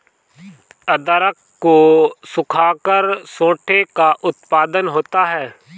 अदरक को सुखाकर सोंठ का उत्पादन होता है